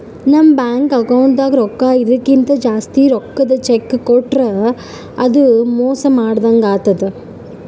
ನಮ್ ಬ್ಯಾಂಕ್ ಅಕೌಂಟ್ದಾಗ್ ರೊಕ್ಕಾ ಇರದಕ್ಕಿಂತ್ ಜಾಸ್ತಿ ರೊಕ್ಕದ್ ಚೆಕ್ಕ್ ಕೊಟ್ರ್ ಅದು ಮೋಸ ಮಾಡದಂಗ್ ಆತದ್